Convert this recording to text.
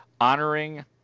honoring